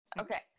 Okay